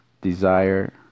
Desire